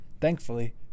thankfully